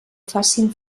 facin